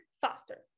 faster